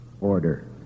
Order